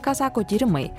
ką sako tyrimai